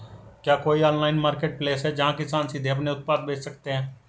क्या कोई online marketplace है जहां किसान सीधे अपने उत्पाद बेच सकते हैं?